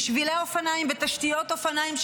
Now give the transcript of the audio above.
בשבילי אופניים ותשתיות אופניים,